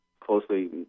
closely